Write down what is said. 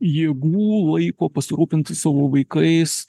jėgų laiko pasirūpint savo vaikais